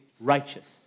righteous